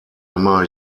emma